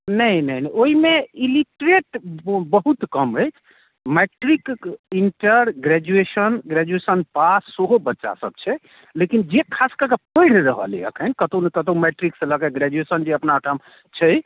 नहि नहि ओहिमे इलिटरेट बहुत कम अछि matric inter graduation graduation pass सेहो बच्चा सब छै लेकिन जे खास कऽ के पढ़ि रहल अछि अखनि कतहुँ ने कतहुँ मैट्रिक से लऽ के ग्रैजूएशन जे अपना एहिठाम छै